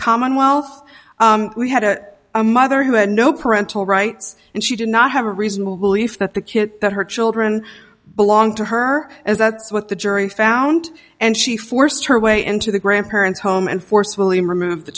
commonwealth we had a a mother who had no parental rights and she did not have a reasonable belief that the kid that her children belong to her as that's what the jury found and she forced her way into the grandparents home and forcefully removed the